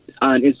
On